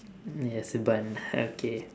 ya is a bun okay